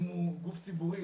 אם הוא גוף ציבורי,